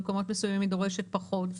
במקומות מסוימים היא דורשת פחות,